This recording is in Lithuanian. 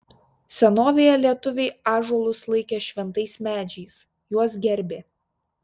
senovėje lietuviai ąžuolus laikė šventais medžiais juos gerbė